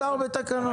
יוסדר בתקנות.